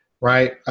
right